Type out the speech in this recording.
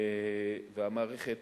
והמערכת